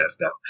now